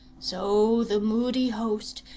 so the moody host,